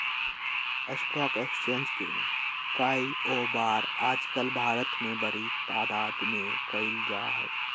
stock exchange के काएओवार आजकल भारत में बडी तादात में कइल जा हई